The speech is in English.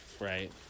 right